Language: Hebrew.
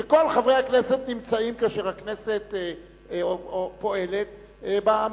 שכל חברי הכנסת נמצאים כאשר הכנסת פועלת במליאה.